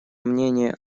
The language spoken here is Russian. мнение